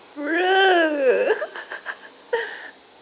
ugh